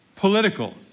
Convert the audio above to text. political